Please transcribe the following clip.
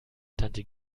tante